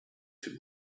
two